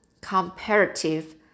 comparative